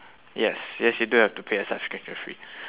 yes yes you do have to pay a subscription fee